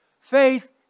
Faith